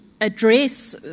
address